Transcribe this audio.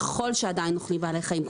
ככל שעדיין אוכלים בעלי חיים,